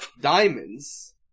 diamonds